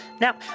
Now